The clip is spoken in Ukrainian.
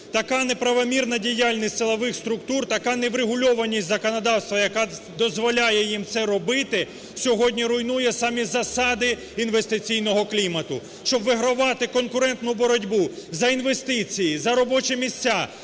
Така неправомірна діяльність силових структур, така неврегульованість законодавства, яка дозволяє їм це робити, сьогодні руйнує самі засади інвестиційного клімату. Щоб вигравати конкурентну боротьбу за інвестиції, за робочі місця,